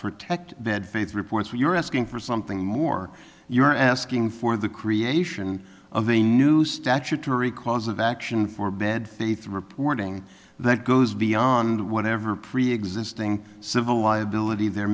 protect bad faith reports when you're asking for something more you're asking for the creation of a new statutory cause of action for bed thirty three reporting that goes beyond whatever preexisting civil liability there